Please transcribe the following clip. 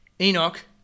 Enoch